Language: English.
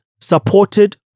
supported